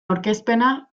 aurkezpena